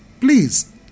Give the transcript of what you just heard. please